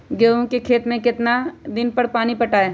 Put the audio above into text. गेंहू के खेत मे कितना कितना दिन पर पानी पटाये?